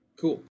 cool